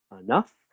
enough